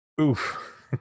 Oof